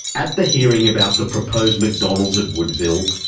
at the hearing about the proposed mcdonald's at woodville,